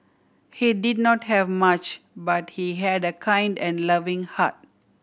he did not have much but he had a kind and loving heart